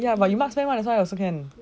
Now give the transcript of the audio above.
ya ya but you marksman that's why still can